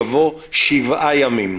יבוא:"7 ימים".